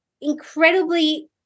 incredibly